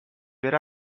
per